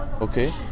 okay